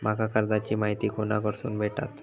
माका कर्जाची माहिती कोणाकडसून भेटात?